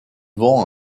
vont